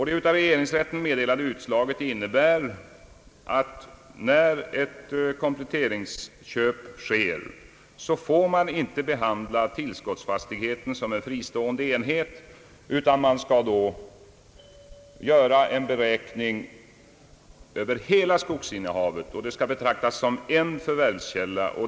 Det av regeringsrätten meddelade utslaget innebär att när ett kompletteringsköp sker, får man inte behandla tillskottsfastigheten som en fristående enhet, utan man skall då göra en beräkning över hela skogsinnehavet. Det skall betraktas som en förvärvskälla.